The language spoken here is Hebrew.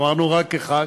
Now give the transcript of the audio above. אמרנו רק אחד,